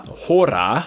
hora